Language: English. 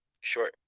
Sure